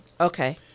Okay